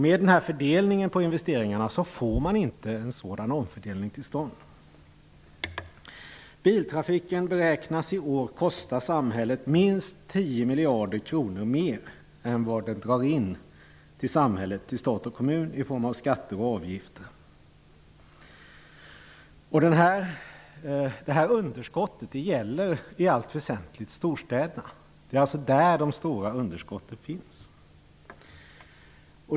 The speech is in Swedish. Med den här den fördelningen av investeringarna får vi inte en sådan omfördelning till stånd. Biltrafiken beräknas i år kosta samhället minst 10 miljarder kronor mer än vad den drar in till samhället, till stat och kommun, i form av skatter och avgifter. Det här underskottet gäller i allt väsentligt storstäderna. Det är alltså där de stora underskotten finns.